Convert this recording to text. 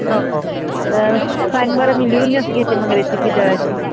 हो हो तर सांग बरं मी लिहूनच घेते मग रेसिपी तर अशी